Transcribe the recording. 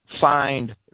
find